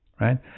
right